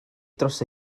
dros